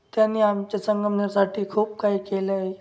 त्यांनी आमच्या संगमनेरसाठी खूप काही केलं आहे